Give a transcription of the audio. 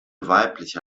weibliche